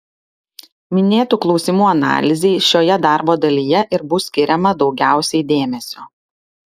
minėtų klausimų analizei šioje darbo dalyje ir bus skiriama daugiausiai dėmesio